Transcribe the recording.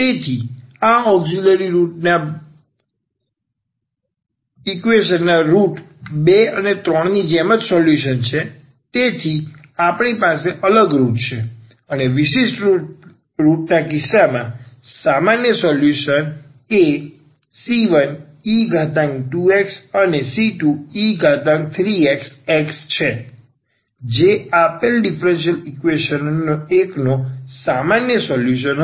તેથી આ auxiliary equation નાં રુટ 2 અને 3 ની જેમ જ સોલ્યુશન છે તેથી આપણી પાસે અલગ રુટ છે અને વિશિષ્ટ રુટ ના કિસ્સામાં સામાન્ય સોલ્યુશન એ c1e2x અને c2e3xx છે જે આપેલ ડીફરન્સીયલ ઈક્વેશન એકનો સામાન્ય સોલ્યુશન હશે